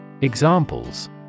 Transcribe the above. Examples